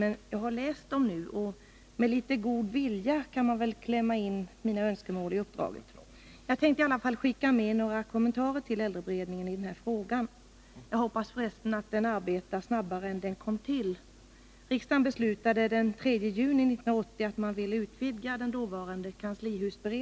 Men jag har läst dem nu, och med god vilja kan man väl klämma in mina önskemål i uppdraget. Jag tänkte i alla fall skicka med några kommentarer till äldreberedningen i den här frågan. Jag hoppas för resten att den arbetar snabbare än den kom till. Herr talman!